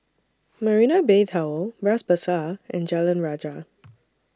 Marina Bay Tower Bras Basah and Jalan Rajah